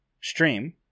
stream